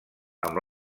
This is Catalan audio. amb